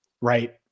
Right